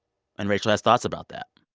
and rachel has thoughts about that.